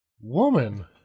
Woman